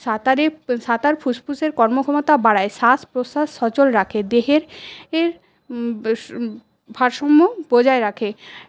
সাঁতারে সাঁতার ফুসফুসের কর্মক্ষমতা বাড়ায় শ্বাস প্রশ্বাস সচল রাখে দেহের ভারসাম্য বজায় রাখে